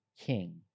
king